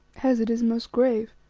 hes, it is most grave.